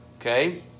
Okay